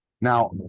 Now